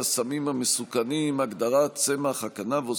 הסמים המסוכנים (הגדרת צמח הקנבוס,